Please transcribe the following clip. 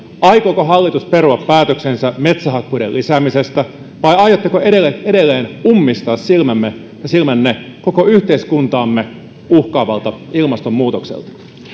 aikooko hallitus perua päätöksensä metsähakkuiden lisäämisestä vai aiotteko edelleen edelleen ummistaa silmänne silmänne koko yhteiskuntaamme uhkaavalta ilmastonmuutokselta